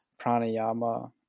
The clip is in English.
pranayama